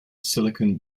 silicone